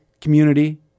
community